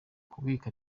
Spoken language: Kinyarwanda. kubika